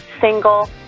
single